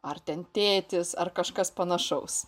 ar ten tėtis ar kažkas panašaus